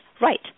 right